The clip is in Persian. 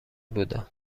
بودند